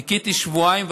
חיכיתי שבועיים,